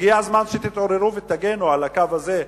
הגיע הזמן שתתעוררו ותגנו על הקו הזה,